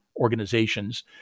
organizations